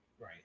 Right